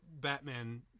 Batman